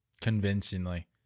Convincingly